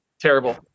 Terrible